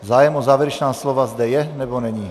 Zájem o závěrečná slova zde je, nebo není?